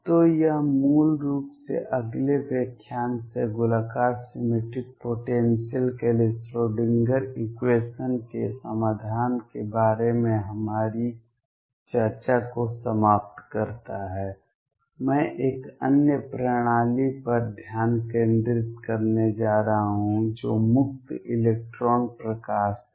तो यह मूल रूप से अगले व्याख्यान से गोलाकार सिमेट्रिक पोटेंसियल के लिए श्रोडिंगर इक्वेशन के समाधान के बारे में हमारी चर्चा को समाप्त करता है मैं एक अन्य प्रणाली पर ध्यान केंद्रित करने जा रहा हूं जो मुक्त इलेक्ट्रॉन प्रकाश है